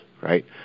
right